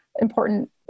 important